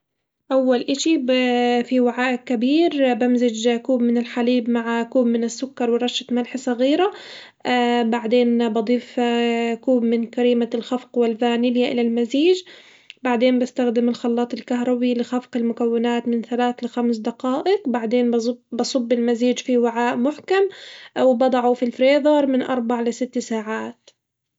أول إشي ب في وعاء كبير بمزج كوب من الحليب مع كوب من السكر ورشة ملح صغيرة بعدين بضيف كوب من كريمة الخفق والفانيليا إلى المزيج، بعدين بستخدم الخلاط الكهربي لخفق المكونات من ثلاث لخمس دقائق بعدين بز- بصب المزيج في وعاء محكم أو بضعه في الفريزر من أربع لست ساعات.